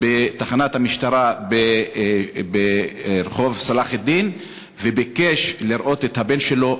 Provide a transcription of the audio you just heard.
בתחנת המשטרה ברחוב צלאח א-דין וביקש לראות את הבן שלו,